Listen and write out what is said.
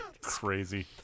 crazy